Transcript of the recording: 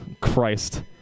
Christ